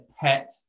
pet